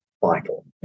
vital